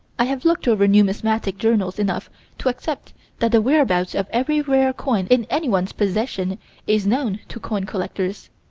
i have looked over numismatic journals enough to accept that the whereabouts of every rare coin in anyone's possession is known to coin-collectors.